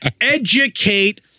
educate